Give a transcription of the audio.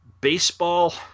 baseball